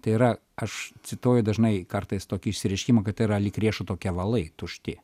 tai yra aš cituoju dažnai kartais tokį išsireiškimą kad yra lyg riešuto kevalai tušti